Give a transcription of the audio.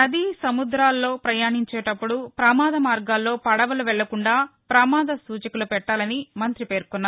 నది సముద్రంలో ప్రయాణించేటప్పుడు ప్రమాద మార్గాల్లో పడవలు వెళ్లకుండా ప్రమాద సూచికలు పెట్టాలని మంతి పేర్కొన్నారు